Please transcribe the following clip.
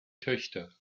töchter